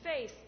face